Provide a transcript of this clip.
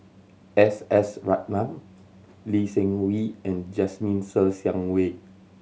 S S Ratnam Lee Seng Wee and Jasmine Ser Xiang Wei